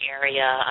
area